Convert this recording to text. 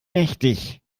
mächtig